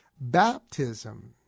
baptism